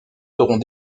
seront